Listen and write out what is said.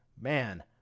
man